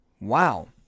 wow